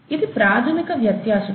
ఇది ప్రాథమిక వ్యత్యాసం